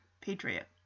Patriot